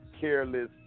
Careless